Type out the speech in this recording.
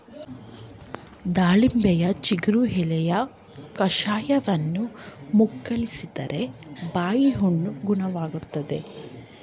ದಾಳಿಂಬೆಯ ಚಿಗುರು ಎಲೆಯ ಕಷಾಯವನ್ನು ಮುಕ್ಕಳಿಸುವುದ್ರಿಂದ ಬಾಯಿಹುಣ್ಣು ಗುಣವಾಗ್ತದೆ